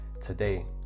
today